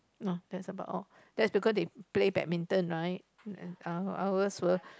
no that's about all that's because they play badminton right I was were